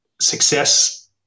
success